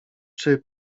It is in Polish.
czy